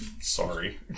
Sorry